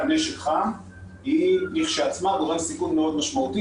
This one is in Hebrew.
נשק חם היא לכשעצמה גורם סיכון מאוד משמעותי,